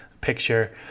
picture